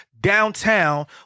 downtown